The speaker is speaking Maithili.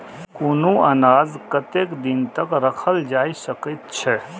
कुनू अनाज कतेक दिन तक रखल जाई सकऐत छै?